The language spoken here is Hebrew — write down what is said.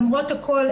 למרות הכול,